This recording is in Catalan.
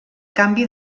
canvi